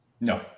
No